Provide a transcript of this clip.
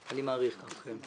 אני מעריך ככה.